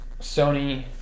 Sony